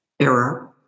error